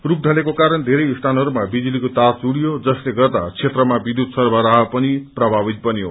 स्ख ढलेको क्वरण थेरै स्थानहरूमा विजुलीको तार चुँड़ियो जसले गर्दा क्षेत्रमा विषुत सर्वराह पनि प्रभावित भयो